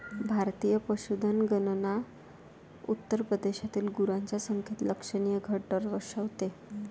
भारतीय पशुधन गणना उत्तर प्रदेशातील गुरांच्या संख्येत लक्षणीय घट दर्शवते